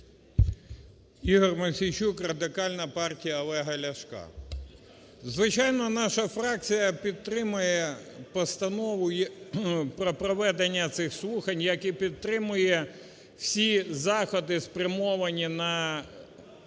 Ігор Мосійчук, Радикальна партія Олега Ляшка. Звичайно, наша фракція підтримує постанову про проведення цих слухань, як і підтримує всі заходи, спрямовані на